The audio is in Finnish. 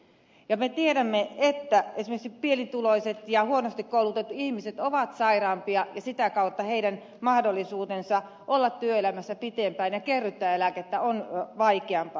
ja me tiedämme että esimerkiksi pienituloiset ja huonosti koulutetut ihmiset ovat sairaampia ja sitä kautta heidän mahdollisuutensa olla työelämässä pitempään ja kerryttää eläkettä on vaikeampaa